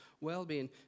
well-being